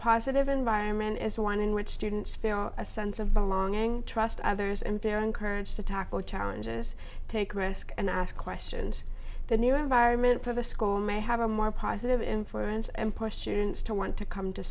positive environment is one in which students feel a sense of belonging trust others and they're encouraged to talk with challenges take risks and ask questions the new environment of a school may have a more positive influence and push students to want to come to